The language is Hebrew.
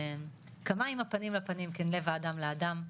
כמים הפנים לפנים כן לב האדם לאדם,